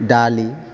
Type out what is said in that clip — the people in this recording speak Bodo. दालि